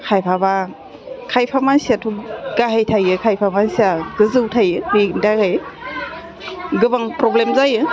खायफाबा खायफा मानसियाथ' गाहाय थायो खायफा मानसिया गोजौ थायो बेनि दारै गोबां प्रब्लेम जायो